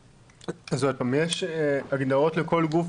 עוד פעם, יש הגדרות, כל גוף